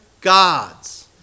gods